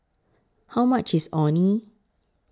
How much IS Orh Nee